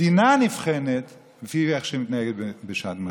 מדינה נבחנת לפי איך שהיא מתנהגת בשעת משבר.